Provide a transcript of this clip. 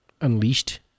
Unleashed